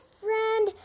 friend